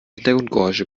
hintergrundgeräusche